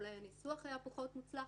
אולי הניסוח היה פחות מוצלח.